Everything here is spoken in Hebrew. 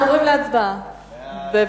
חברי חברי הכנסת, 13 הצביעו בעד, לא היו